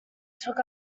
took